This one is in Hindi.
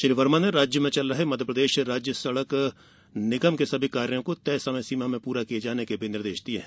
श्री वर्मा ने राज्य में चल रहे मध्यप्रदेश राज्य सड़क निगम के सभी कार्यो को तय समय सीमा में पूरा किये जाने के निर्देश दिये हैं